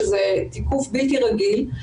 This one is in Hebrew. שזה תיקוף בלתי רגיל.